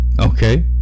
okay